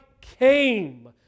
came